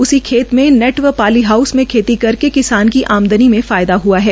उसी खेत में नेट व पाली हाउस में खेती करके किसान की आमदनी में फायदा हआ है